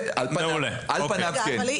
על פניו כן.